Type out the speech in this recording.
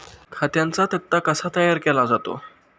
खात्यांचा तक्ता कसा तयार केला जातो?